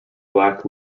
black